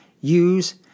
use